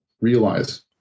realize